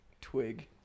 twig